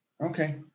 Okay